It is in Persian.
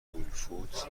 هولفودز